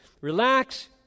Relax